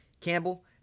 Campbell